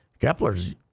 Kepler's